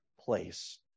place